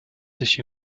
sich